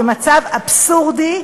זה מצב אבסורדי,